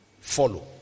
follow